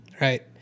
right